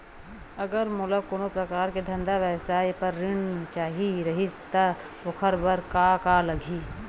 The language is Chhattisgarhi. अगर मोला कोनो प्रकार के धंधा व्यवसाय पर ऋण चाही रहि त ओखर बर का का लगही?